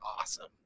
awesome